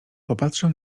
popatrzył